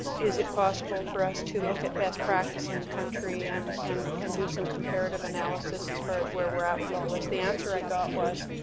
is it possible for us to look at best practice in the country and and and do some comparative analysis as far as where we're at with all this. the answer i got was